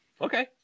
Okay